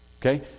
Okay